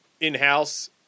in-house